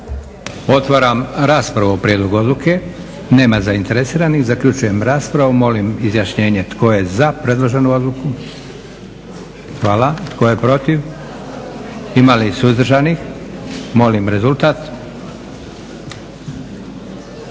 Otvaram raspravu o prijedlogu odluke. Nema zainteresiranih. Zaključujem raspravu. Molim izjašnjenje za predloženu odluku? Hvala. Tko je protiv? Ima netko suzdržan? Molim rezultat.